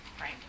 right